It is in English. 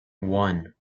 one